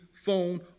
phone